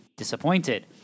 disappointed